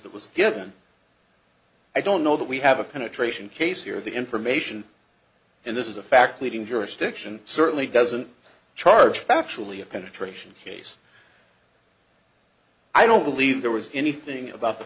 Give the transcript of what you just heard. that was given i don't know that we have a penetration case here the information in this is a fact leaving jurisdiction certainly doesn't charge factually a penetration case i don't believe there was anything about the